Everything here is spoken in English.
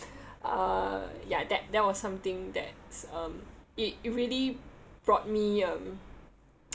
uh ya that that was something that's um it it really brought me um